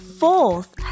fourth